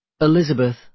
Elizabeth